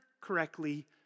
correctly